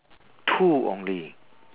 two only